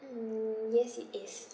mm yes it is